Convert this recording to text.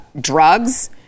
drugs